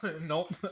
nope